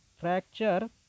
fracture